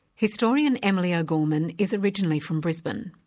historian emily o'gorman is originally from brisbane,